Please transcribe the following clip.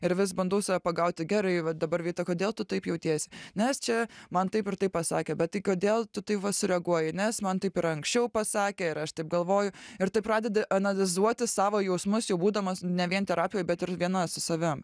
ir vis bandau save pagauti gerai va dabar vita kodėl tu taip jautiesi nes čia man taip ir taip pasakė bet tai kodėl tu tai va sureaguoji nes man taip yra anksčiau pasakę ir aš taip galvoju ir taip pradedi analizuoti savo jausmus jau būdamas ne vien terapijoj bet ir viena su savim